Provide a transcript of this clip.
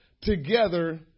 together